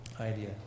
Idea